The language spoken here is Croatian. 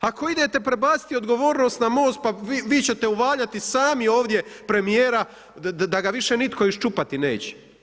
Ako idete prebaciti odgovornost na Most, pa vi ćete uvaljati sami ovdje premjera, da ga više nitko iščupati neće.